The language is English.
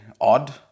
odd